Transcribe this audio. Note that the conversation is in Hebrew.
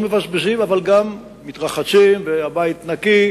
לא מבזבזים אבל גם מתרחצים והבית נקי